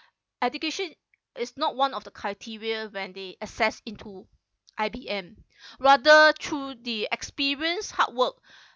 education is not one of the criteria when they access into I_B_M rather through the experience hard work